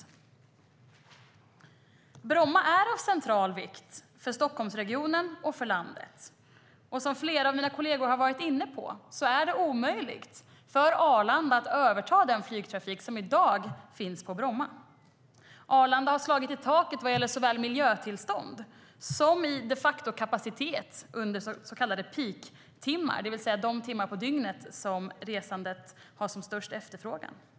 Bromma flygplats är av central vikt för Stockholmsregionen och för landet. Som flera av mina kolleger har varit inne på är det omöjligt för Arlanda flygplats att överta den flygtrafik som i dag finns på Bromma flygplats. Arlanda flygplats har slagit i taket vad gäller såväl miljötillstånd som de facto-kapacitet under så kallade peaktimmar, det vill säga de timmar på dygnet som det är störst efterfrågan på resande.